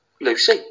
Lucy